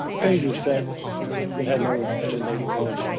page is that that had no recommendations on?